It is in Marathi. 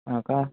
हो का